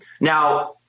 Now